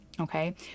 okay